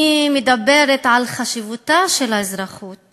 אני מדברת על חשיבותה של האזרחות